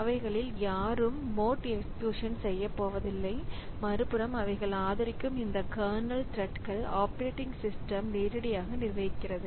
அவர்களில் யாரும் mode execution செய்யப் போவதில்லை மறுபுறம் அவர்கள் ஆதரிக்கும் இந்த கர்னல் த்ரெட்கள் ஆப்பரேட்டிங் சிஸ்டம் நேரடியாக நிர்வகிக்கிறது